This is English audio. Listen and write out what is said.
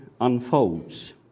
unfolds